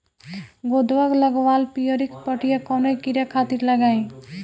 गोदवा लगवाल पियरकि पठिया कवने कीड़ा खातिर लगाई?